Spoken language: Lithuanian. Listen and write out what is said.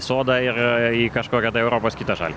sodą ir į kažkokią tai europos kitą šalį